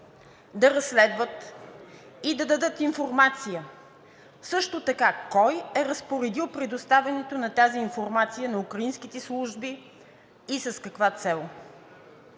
Да разследват и да дадат информация също така кой е разпоредил предоставянето на тази информация на украинските служби и с каква цел?